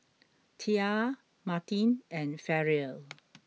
Tia Martine and Ferrell